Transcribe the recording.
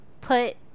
put